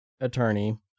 attorney